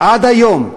עד היום,